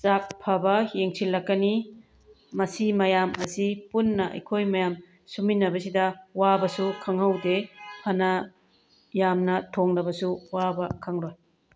ꯆꯥꯛ ꯐꯕ ꯌꯦꯡꯁꯤꯜꯂꯛꯀꯅꯤ ꯃꯁꯤ ꯃꯌꯥꯝ ꯑꯁꯤ ꯄꯨꯟꯅ ꯑꯩꯈꯣꯏ ꯃꯌꯥꯝ ꯁꯨꯃꯤꯟꯅꯕꯁꯤꯗ ꯋꯥꯕꯁꯨ ꯈꯪꯍꯧꯗꯦ ꯐꯅ ꯌꯥꯝꯅ ꯊꯣꯡꯂꯕꯁꯨ ꯋꯥꯕ ꯈꯪꯂꯣꯏ